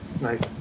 Nice